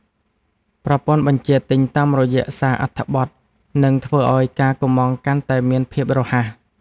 ប្រព័ន្ធបញ្ជាទិញតាមរយៈសារអត្ថបទ នឹងធ្វើឱ្យការកុម្ម៉ង់កាន់តែមានភាពរហ័ស។